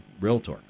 realtor